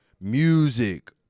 music